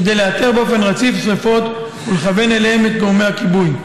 כדי לאתר שרפות באופן רציף ולכוון אליהם את גורמי הכיבוי.